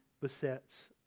besets